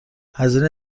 هزینه